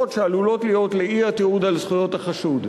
שעלולות להיות לאי-תיעוד על זכויות החשוד.